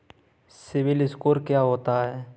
CIBIL score क्या होता है?